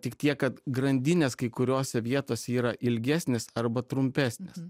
tik tiek kad grandinės kai kuriose vietose yra ilgesnės arba trumpesnės